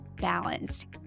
balanced